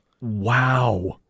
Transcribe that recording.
Wow